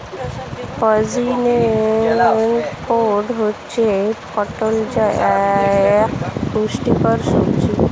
pointed gourd হচ্ছে পটল যা এক পুষ্টিকর সবজি